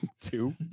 Two